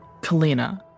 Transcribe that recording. Kalina